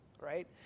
right